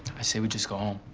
i say we just go home.